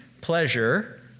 pleasure